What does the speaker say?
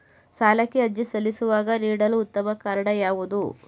ಸಾಲಕ್ಕೆ ಅರ್ಜಿ ಸಲ್ಲಿಸುವಾಗ ನೀಡಲು ಉತ್ತಮ ಕಾರಣ ಯಾವುದು?